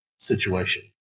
situation